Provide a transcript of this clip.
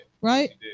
Right